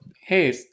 hey